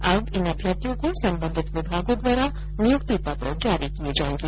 अब इन अभ्यर्थियों को सम्बन्धित विभागों द्वारा नियुक्ति पत्र जारी किए जाएंगे